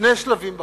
שני שלבים בחוק: